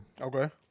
Okay